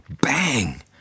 bang